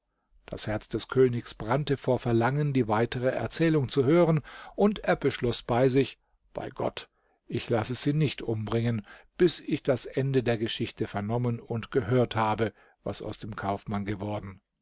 das herz des königs entbrannte vor verlangen die weitere erzählung zu hören und beschloß bei sich bei gott ich lasse sie nicht umbringen bis ich das ende der geschichte vernommen und gehört habe was aus dem kaufmann geworden